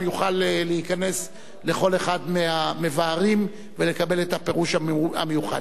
יוכל להיכנס לכל אחד מהמבארים ולקבל את הפירוש המיוחד.